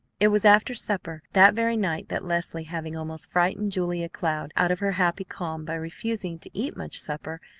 it was after supper that very night that leslie, having almost frightened julia cloud out of her happy calm by refusing to eat much supper,